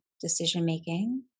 decision-making